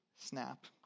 snap